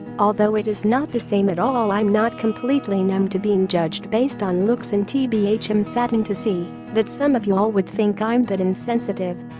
although it is not the same at all i'm not completely numb to being judged based on looks and tbh am saddened to see that some of y'all would think i'm that insensitive.